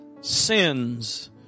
sins